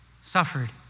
suffered